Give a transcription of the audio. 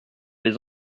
les